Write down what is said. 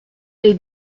les